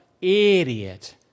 Idiot